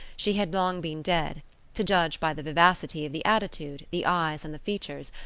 she had long been dead to judge by the vivacity of the attitude, the eyes and the features,